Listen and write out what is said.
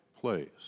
place